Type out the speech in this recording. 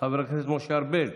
חבר הכנסת משה ארבל,